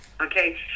Okay